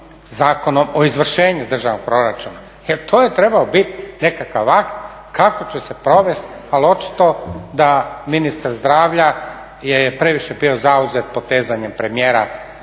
Zakonom o izvršenju državnog proračuna, jer to je trebao biti nekakav akt kako će se provesti ali očito da ministar zdravlja je previše bio zauzet potezanjem premijera